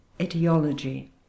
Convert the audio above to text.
etiology